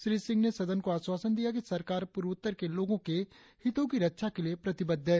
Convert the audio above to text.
श्री सिंह ने सदन को आश्वासन दिया कि सरकार पूर्वोत्तर के लोगों के हितों की रक्षा के लिए प्रतिबद्ध है